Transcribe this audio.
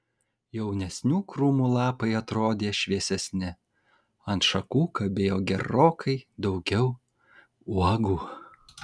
jaunesnių krūmų lapai atrodė šviesesni ant šakų kabėjo gerokai daugiau uogų